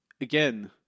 Again